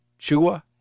Chua